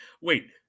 wait